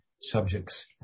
subjects